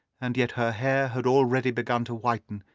and yet her hair had already begun to whiten,